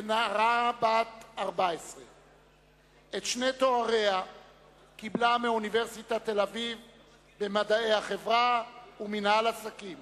כנערה בת 14. את שני תאריה במדעי החברה ובמינהל עסקים